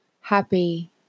happy